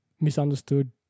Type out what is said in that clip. misunderstood